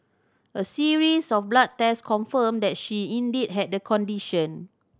a series of blood test confirmed that she indeed had the condition